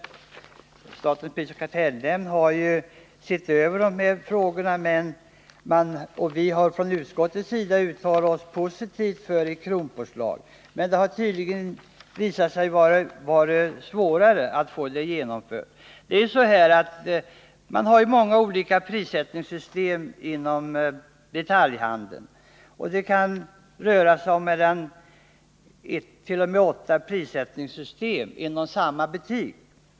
Statens prisoch kartellnämnd har sett över dessa frågor, och vi har från utskottets sida uttalat oss positivt för ett kronpåslag. Men det har visat sig vara svårt att genomföra denna prissättningsmetod. Det finns ju många olika prissättningssystem inom detaljhandeln. Det kan röra sig om upp till åtta prissättningssystem inom samma butik.